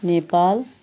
Nepal